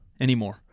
anymore